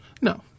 no